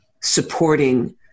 supporting